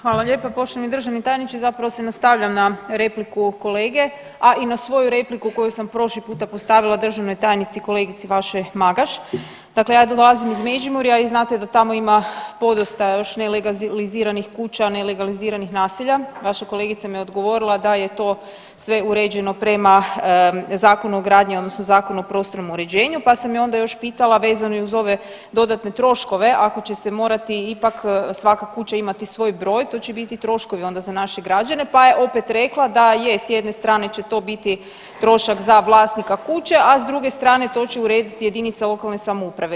Hvala lijepa, poštovani državni tajniče zapravo se nastavljam na repliku kolege, a i na svoju repliku koju sam prošli puta postavila državnoj tajnici, kolegici vašoj Magaš, dakle ja dolazim iz Međimurja i znate da tamo ima podosta još nelegaliziranih kuća, nelegaliziranih naselja, vaša kolegica mi je odgovorila da je to sve uređeno prema Zakonu o gradnji, odnosno Zakonu o prostornom uređenju, pa sam je onda još pitala vezano i uz ove dodatne troškove ako će se morati ipak svaka kuća imati svoj broj, to će biti troškovi onda za naše građane, pa je opet rekla da je, s jedne strane će to biti trošak za vlasnika kuće a s druge strane to će urediti jedinice lokalne samouprave.